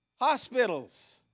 hospitals